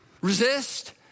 resist